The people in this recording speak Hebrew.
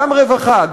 גם רווחה,